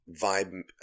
vibe